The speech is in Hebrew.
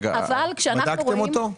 בדקתם אותו?